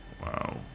Wow